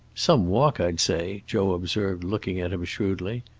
some walk, i'd say, joe observed, looking at him shrewdly.